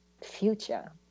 future